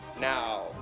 Now